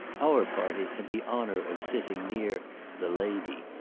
our party had the honour of sitting near the lady,